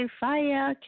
fire